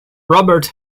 robert